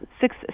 six